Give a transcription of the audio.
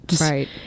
right